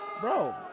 Bro